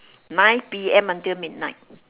nine P M until midnight